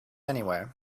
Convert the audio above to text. anywhere